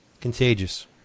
Contagious